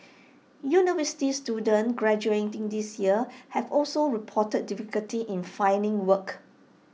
university students graduating this year have also reported difficulty in finding work